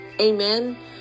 amen